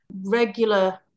regular